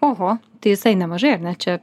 oho tai visai nemažai ar ne čia